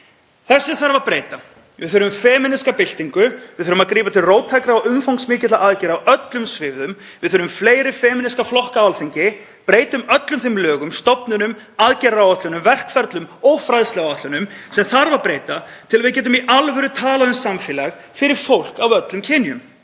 Þessu þarf að breyta. Við þurfum femíníska byltingu. Við þurfum að grípa til róttækra umfangsmikilla aðgerða á öllum sviðum. Við þurfum fleiri femíníska flokka á Alþingi. Breytum öllum þeim lögum, stofnunum, aðgerðaáætlunum, verkferlum og fræðsluáætlunum sem þarf að breyta til að við getum í alvöru talað um samfélag fyrir fólk af öllum kynjum.